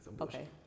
Okay